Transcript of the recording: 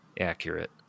accurate